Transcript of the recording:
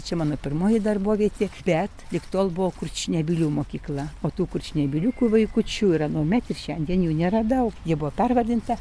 čia mano pirmoji darbovietė bet lig tol buvo kurčnebylių mokykla o tų kurčnebyliukų vaikučių ir anuomet ir šiandien jų neradau ji buvo pervardinta